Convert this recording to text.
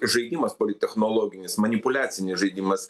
žaidimas politechnologinis manipuliacinis žaidimas